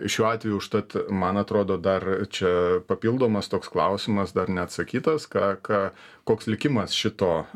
šiuo atveju užtat man atrodo dar čia papildomas toks klausimas dar neatsakytas ką ką koks likimas šito